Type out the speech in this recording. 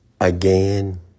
again